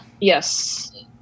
Yes